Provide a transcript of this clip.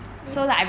then